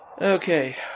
Okay